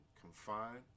confined